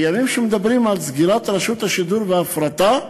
בימים שמדברים על סגירת רשות השידור והפרטה,